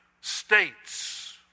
states